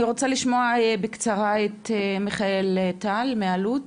אני רוצה לשמוע בקצרה את מיכאל זץ מ"עלות"